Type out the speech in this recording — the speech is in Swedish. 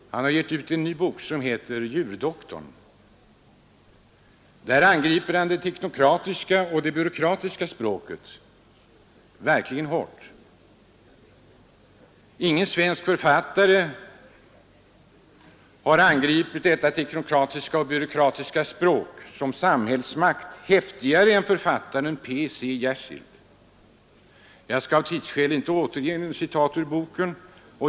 Han har gett ut en ny bok, Djurdoktorn. Där angriper han det teknokratiska och byråkratiska språket verkligt hårt. Ingen svensk författare har angripit detta teknokratiska och byråkratiska språk som samhällsmakt hårdare än han. Jag skall av tidsskäl inte göra några citat ur boken.